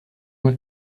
uma